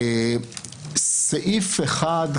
סעיף 1,